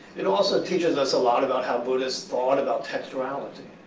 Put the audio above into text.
it also teaches us a lot about how buddhist thought about textuality.